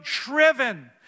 driven